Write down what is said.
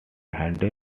handle